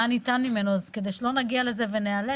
מה ניתן ממנו, אז כדי שלא נגיע לזה ונאלץ,